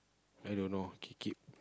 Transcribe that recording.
i don't know K keep